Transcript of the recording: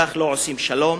כך לא עושים שלום,